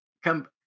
come